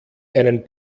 einen